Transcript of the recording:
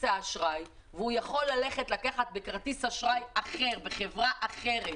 האשראי והוא יכול ללכת ולקחת בכרטיס אשראי אחר בחברה אחרת,